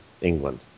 England